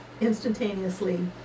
instantaneously